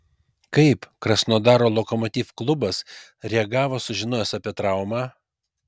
kaip krasnodaro lokomotiv klubas reagavo sužinojęs apie traumą